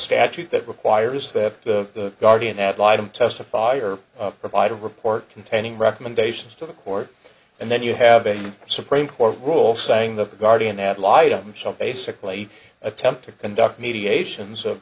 statute that requires that the guardian ad litum testify or provide a report containing recommendations to the court and then you have a supreme court rule saying that the guardian ad litum some basically attempt to conduct mediations of